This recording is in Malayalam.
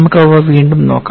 നമുക്ക് അവ വീണ്ടും നോക്കാം